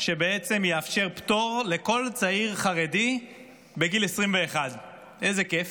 שבעצם יאפשר פטור לכל צעיר חרדי בגיל 21. איזה כיף.